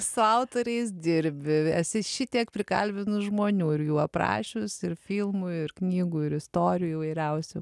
su autoriais dirbi esi šitiek prikalbinus žmonių ir jų aprašius ir filmų ir knygų ir istorijų įvairiausių